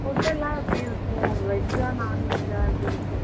food எல்லாம் எப்படி இருக்கும் வெஜ்ஜாக நான்வெஜ்ஜாக எப்படி இருக்கும்